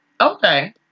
Okay